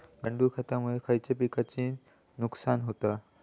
गांडूळ खतामुळे खयल्या पिकांचे नुकसान होते?